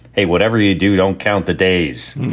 hey, whatever you do, don't count the days